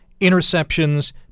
interceptions